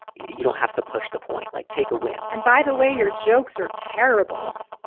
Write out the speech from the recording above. you don't have to push the point, like take a win. and by the way, your jokes are terrible.